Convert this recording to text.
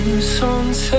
Sunset